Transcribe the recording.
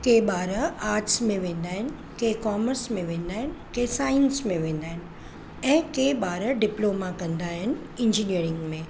के ॿार आट्स में वेंदा आहिनि के कॉर्मस में वेंदा आहिनि के साइंस में वेंदा आहिनि ऐं के ॿार डिप्लोमा कंदा आहिनि इंजीनियरिंग में